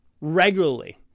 regularly